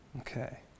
okay